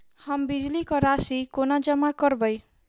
हम बिजली कऽ राशि कोना जमा करबै?